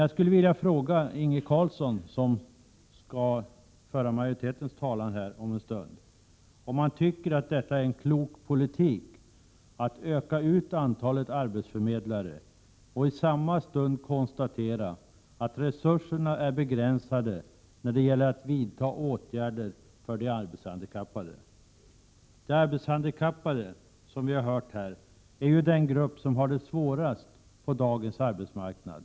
Jag skulle vilja fråga Inge Carlsson, som om en stund här skall föra majoritetens talan, om han tycker att det är klok politik att öka antalet arbetsförmedlare och i samma stund konstatera att resurserna är begränsade när det gäller att vidta åtgärder för de arbetshandikappade. De arbetshandikappade är, som vi här har hört, den grupp som har det svårast på dagens arbetsmarknad.